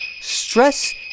stress